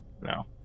No